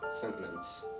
Sentiments